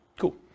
Cool